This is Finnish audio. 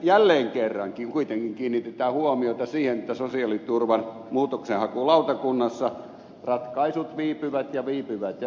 jälleen kerran kuitenkin kiinnitetään huomiota siihen että sosiaaliturvan muutoksenhakulautakunnassa ratkaisut viipyvät ja viipyvät ja viipyvät